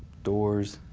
doors.